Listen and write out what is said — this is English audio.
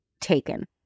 taken